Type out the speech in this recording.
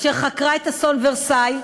אשר חקרה את אסון "אולמי ורסאי",